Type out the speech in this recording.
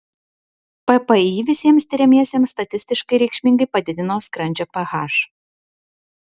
ppi visiems tiriamiesiems statistiškai reikšmingai padidino skrandžio ph